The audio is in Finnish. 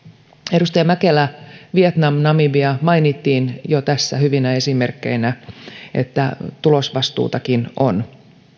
edustaja mäkelä vietnam namibia mainittiin jo tässä hyvinä esimerkkeinä siitä että tulosvastuutakin on